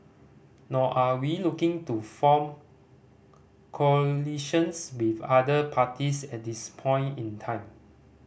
nor are we looking to form coalitions with other parties at this point in time